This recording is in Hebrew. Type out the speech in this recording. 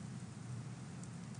בהם